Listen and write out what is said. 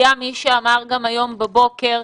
היה מי שאמר גם היום בבוקר,